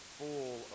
full